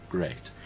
Great